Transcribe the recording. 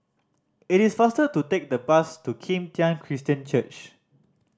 it is faster to take the bus to Kim Tian Christian Church